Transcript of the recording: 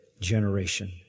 generation